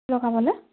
লগাবলৈ